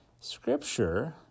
Scripture